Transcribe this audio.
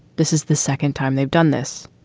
this is the second time they've done this.